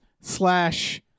slash